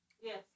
Yes